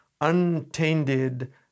untainted